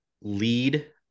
lead